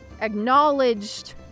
acknowledged